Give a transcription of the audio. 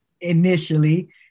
initially